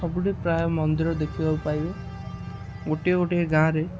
ସବୁଠି ପ୍ରାୟ ମନ୍ଦିର ଦେଖିବାକୁ ପାଇବେ ଗୋଟିଏ ଗୋଟିଏ ଗାଁରେ